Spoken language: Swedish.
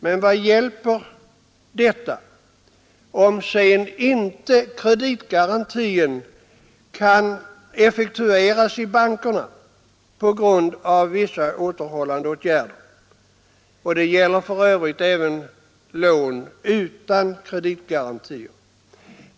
Men vad hjälper detta om sedan inte kreditgarantin kan effektueras i bankerna på grund av vissa återhållande åtgärder? Detta gäller för övrigt även lån utan kreditgarantier.